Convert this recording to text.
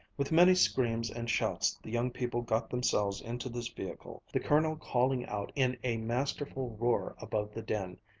with many screams and shouts the young people got themselves into this vehicle, the colonel calling out in a masterful roar above the din,